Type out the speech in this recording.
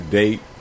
date